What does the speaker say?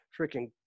freaking